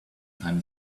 time